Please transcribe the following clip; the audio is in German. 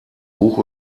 buch